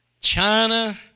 China